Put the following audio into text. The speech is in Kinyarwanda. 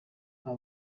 aba